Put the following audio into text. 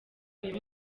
uyu